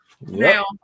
Now